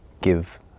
give